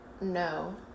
no